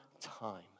time